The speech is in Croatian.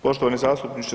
Poštovani zastupniče